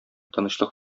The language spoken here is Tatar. тынычлык